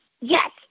Yes